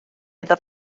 iddo